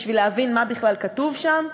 בשביל להבין מה בכלל כתוב שם,